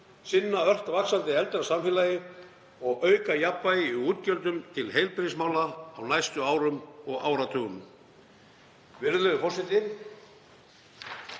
sinna ört vaxandi eldra samfélagi og auka jafnvægi í útgjöldum til heilbrigðismála á næstu árum og áratugum. Virðulegur forseti.